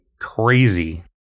crazy